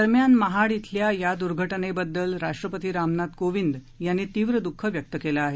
दरम्यान महाड खिल्या या दुर्घटनेबद्दल राष्ट्रपती रामनाथ कोविंद यांनी तीव्र दुःख व्यक्त केलं आहे